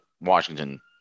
Washington